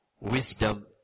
Wisdom